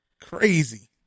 crazy